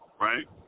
right